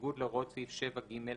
בניגוד להוראות סעיף 7ג(א);